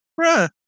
bruh